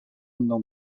mną